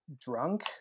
drunk